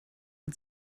und